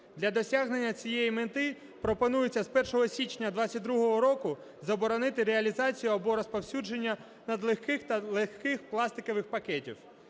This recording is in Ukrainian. Для досягнення цієї мети пропонується з 1 січня 22-го року заборонити реалізацію або розповсюдження надлегких та легких пластикових пакетів.